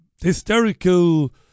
hysterical